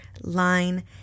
line